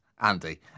Andy